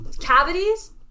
Cavities